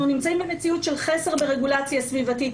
אנחנו נמצאים במציאות של חסר ברגולציה סביבתית